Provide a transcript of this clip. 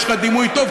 יש לך דימוי טוב,